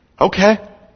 okay